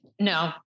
No